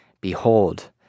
Behold